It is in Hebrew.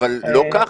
אבל לא ככה.